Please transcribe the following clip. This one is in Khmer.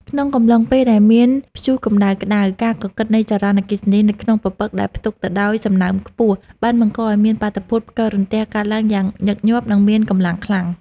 ក្នុងកំឡុងពេលដែលមានព្យុះតំបន់ក្ដៅ ការកកិតនៃចរន្តអគ្គិសនីនៅក្នុងពពកដែលផ្ទុកទៅដោយសំណើមខ្ពស់ បានបង្កឱ្យមានបាតុភូតផ្គររន្ទះកើតឡើងយ៉ាងញឹកញាប់ និងមានកម្លាំងខ្លាំង។